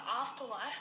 afterlife